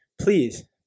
Please